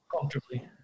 Comfortably